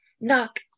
knock